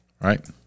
Right